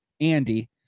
Andy